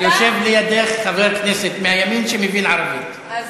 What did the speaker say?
יושב לידך חבר כנסת מהימין שמבין ערבית,